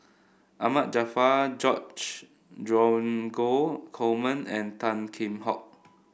Ahmad Jaafar George Dromgold Coleman and Tan Kheam Hock